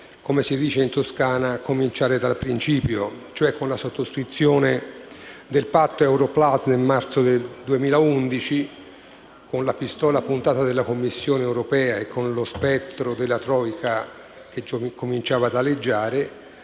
come si dice in Toscana, cominciare dal principio, cioè con la sottoscrizione del Patto euro plus del marzo 2011, con la pistola puntata della Commissione europea e con lo spettro della *troika* che cominciava ad aleggiare.